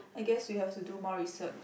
I guess we have to do more research